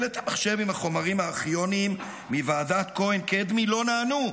את המחשב עם החומרים הארכיוניים מוועדת כהן-קדמי לא נענו.